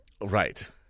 right